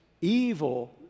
evil